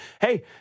hey